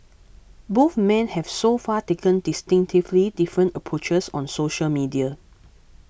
both men have so far taken distinctively different approaches on social media